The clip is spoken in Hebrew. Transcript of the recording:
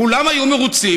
כולם היו מרוצים,